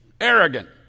arrogant